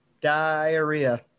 diarrhea